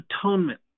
Atonement